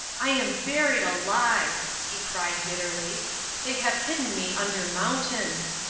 i am buried alive! he cried, bitterly they have hidden me under mountains.